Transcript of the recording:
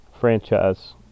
franchise